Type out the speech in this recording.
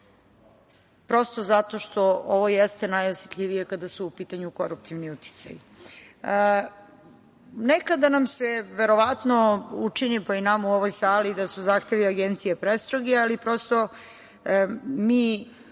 prosto zato što ovo jeste najosetljivije kada su u pitanju koruptivni uticaji. Nekada nam se verovatno učini, pa i nama u ovoj sali da su zahtevi Agencije prestroge, ali prosto mi